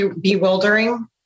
bewildering